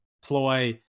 ploy